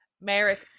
Merrick